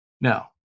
Now